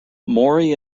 mori